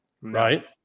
right